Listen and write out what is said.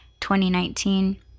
2019